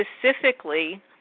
specifically